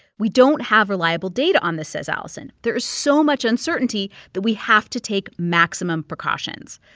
we don't have reliable data on this, says allison. there is so much uncertainty that we have to take maximum precautions.